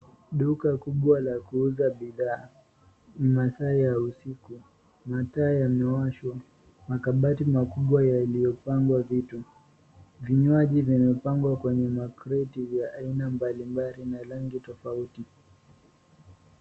Duka kubwa la kuuza bidhaa, masaa ya usiku, mataa yamewashwa. Makabati makubwa yaliyopangwa vitu. Vinywaji vimepangwa kwenye makreti vya aina mbalimbali na rangi tofauti.